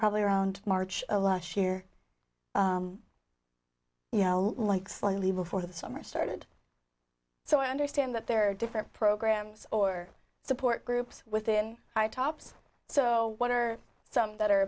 probably around march a last year you know like slightly before the summer started so i understand that there are different programs or support groups within high tops so what are some that are